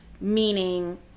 meaning